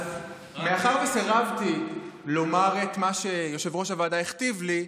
מאחר שסירבתי לומר את מה שיושב-ראש הוועדה הכתיב לי,